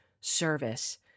service